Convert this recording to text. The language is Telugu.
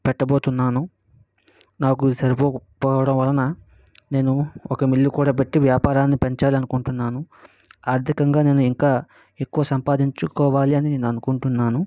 పెట్టబోతున్నాను నాకు సరిపోకపోవడం వలన నేను ఒక మిల్లు కూడా పెట్టీ వ్యాపారాన్నిపెంచాలని అనుకుంటున్నాను ఆర్థికంగా నేను ఇంకా ఎక్కువ సంపాదించుకోవాలి అని నేను అనుకుంటున్నాను